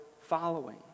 following